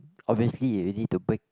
obviously you already to break